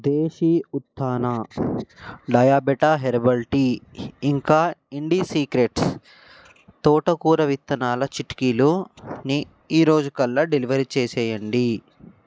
దేశీ ఉత్తాన డయాబెటా herbal tea ఇంకా ఇండీ సీక్రెట్స్ తోటకూర విత్తనాల చిటికీలుని ఈరోజుకల్లా డెలివరీ చేసేయండి